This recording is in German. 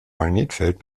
magnetfeld